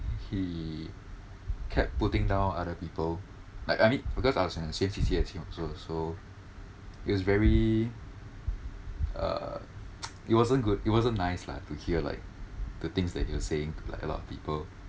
he kept putting down other people like I mean because I was in the same C_C_A as him so so it was very uh it wasn't good it wasn't nice lah to hear like the things that he was saying to like a lot of people